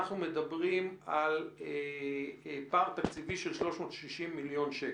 אנחנו מדברים על פער תקציבי של 360 מיליון שקל.